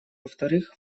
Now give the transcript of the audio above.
вторых